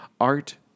Art